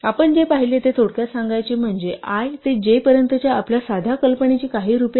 आपण जे पाहिले ते थोडक्यात सांगायचे म्हणजे i ते j पर्यंतच्या आपल्या साध्या कल्पनेची काही रूपे आहेत